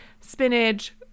Spinach